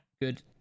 good